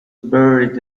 buried